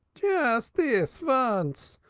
just dis vonce.